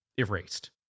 erased